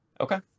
Okay